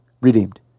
Redeemed